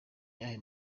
ayahe